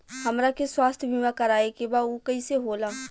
हमरा के स्वास्थ्य बीमा कराए के बा उ कईसे होला?